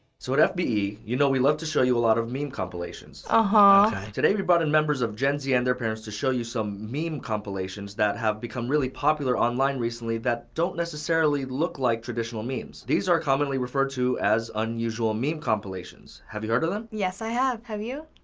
sort of fbe, you know we love to show you a lot of meme compilations. uh-huh. today, we brought in members of gen z and their parents to show you some meme compilations that have become really popular online recently that don't necessarily look like traditional memes. these are commonly referred to as unusual meme compilations. have you heard of them? yes, i have. have you?